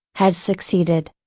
has succeeded?